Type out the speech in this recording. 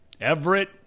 Everett